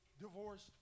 divorced